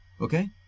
okay